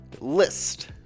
list